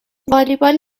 والیبال